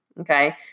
Okay